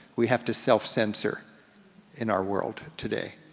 we have to self-sensor in our world today.